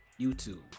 YouTube